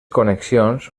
connexions